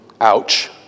Ouch